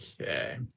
Okay